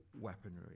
weaponry